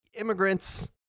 immigrants